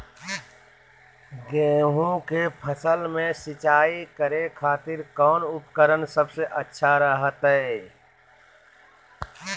गेहूं के फसल में सिंचाई करे खातिर कौन उपकरण सबसे अच्छा रहतय?